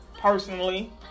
personally